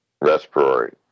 respiratory